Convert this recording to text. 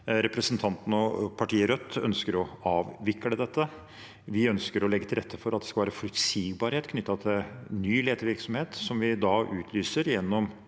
Representanten og partiet Rødt ønsker å avvikle det. Vi ønsker å legge til rette for at det skal være forutsigbarhet knyttet til ny letevirksomhet, som vi da utlyser gjennom